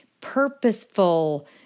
purposeful